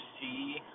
see